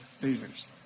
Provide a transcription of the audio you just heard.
leaders